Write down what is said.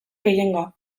gehiengoa